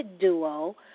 duo